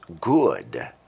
good